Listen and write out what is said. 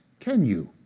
can you?